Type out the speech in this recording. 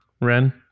Ren